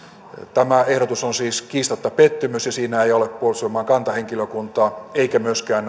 tämä ehdotus on siis kiistatta pettymys ja siinä ei ole puolustusvoimain kantahenkilökuntaa eikä myöskään